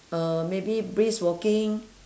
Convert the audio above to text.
uh maybe brisk walking